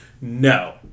No